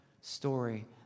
story